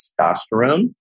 testosterone